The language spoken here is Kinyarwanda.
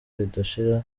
ridashira